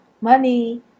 money